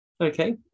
okay